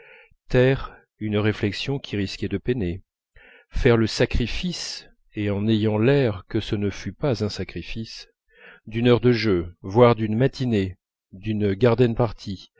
taire une réflexion qui risquait de peiner faire le sacrifice et en ayant l'air que ce ne fût pas un sacrifice d'une heure de jeu voire d'une matinée d'une garden party